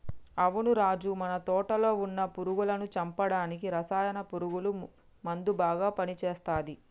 అవును రాజు మన తోటలో వున్న పురుగులను చంపడానికి రసాయన పురుగుల మందు బాగా పని చేస్తది